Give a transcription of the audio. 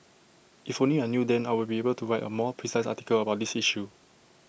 if only I knew then I would be able to write A more precise article about this issue